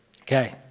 Okay